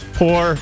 poor